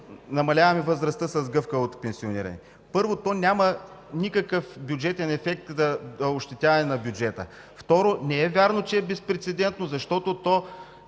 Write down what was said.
намаляваме възрастта с гъвкавото пенсиониране. Първо, то няма никакъв бюджетен ефект – за ощетяване на бюджета. Второ, не е вярно, че е безпрецедентно, защото то